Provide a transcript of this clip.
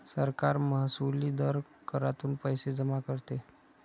सरकार महसुली दर करातून पैसे जमा करते